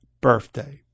birthday